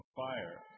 fire